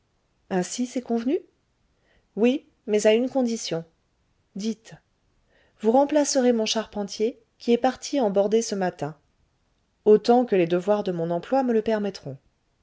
ainsi c'est convenu oui mais à une condition dites vous remplacerez mon charpentier qui est parti en bordée ce matin autant que les devoirs de mon emploi me le permettront